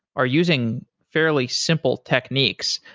are using fairly simple techniques,